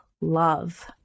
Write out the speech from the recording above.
love